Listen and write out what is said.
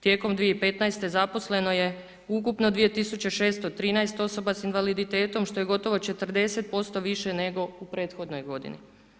Tijekom 2015. zaposleno je ukupno 2613 osoba s invaliditetom, što je gotovo 40% više nego u prethodnoj godini.